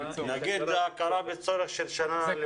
עם הכרה בצורך של שנה לפני?